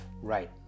right